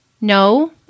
no